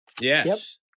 yes